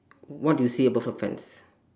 what do you see above the fence